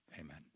Amen